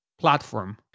platform